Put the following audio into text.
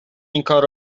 اینکار